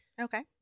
Okay